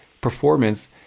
performance